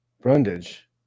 Brundage